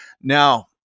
Now